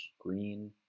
green